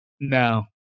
No